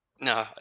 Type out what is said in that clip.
no